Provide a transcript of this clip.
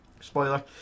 spoiler